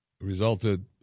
Resulted